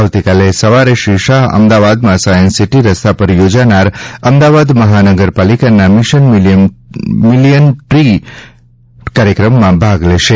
આવતીકાલે સવારે શ્રી શાહ અમદાવાદમાં સાઈન્સ સીટી રસ્તા પર યોજાનાર અમદાવાદ મહાનગરપાલિકાના મિશન મીલીયન ટ્રી કાર્યક્રમમાં ભાગ લેશે